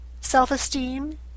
self-esteem